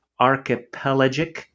archipelagic